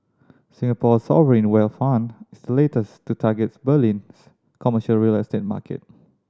Singapore's sovereign wealth fund is the latest to target Berlin's commercial real estate market